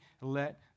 let